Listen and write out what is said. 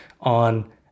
on